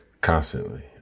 constantly